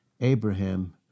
Abraham